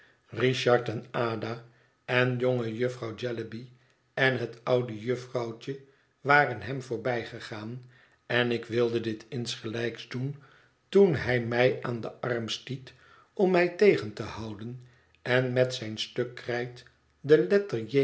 richard en ada en jonge jufvrouw jellyby en het oude juf vrouwtje waren hem voorbijgegaan en ik wilde dit insgelijks doen toen hij mij aan den arm stiet om mij tegen te houden en met zijn stuk krijt de